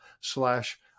slash